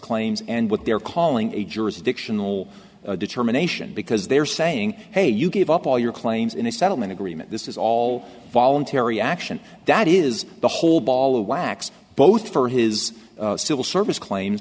claims and what they're calling a jurisdictional determination because they're saying hey you give up all your claims in a settlement agreement this is all voluntary action that is the whole ball of wax both for his civil service claims